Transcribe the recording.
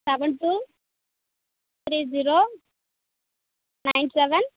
seven two three zero nine seven